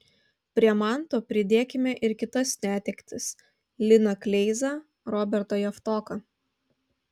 prie manto pridėkime ir kitas netektis liną kleizą robertą javtoką